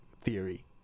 theory